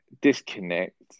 disconnect